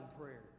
prayer